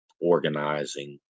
organizing